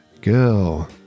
girl